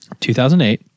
2008